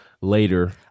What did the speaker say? later